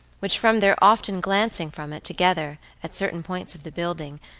which from their often glancing from it, together, at certain points of the building,